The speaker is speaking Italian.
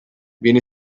viene